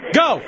go